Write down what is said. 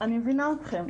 אני מבינה אתכם.